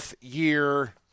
year